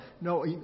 no